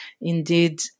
indeed